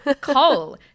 coal